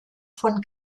von